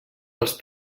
els